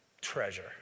treasure